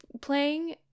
playing